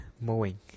mowing